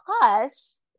Plus